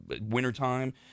wintertime